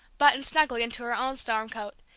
buttoned snugly into her own storm coat,